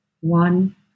one